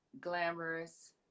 glamorous